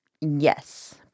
Yes